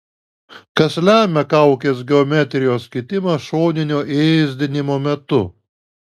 kas lemia kaukės geometrijos kitimą šoninio ėsdinimo metu